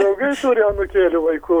draugai turi anūkėlių vaikų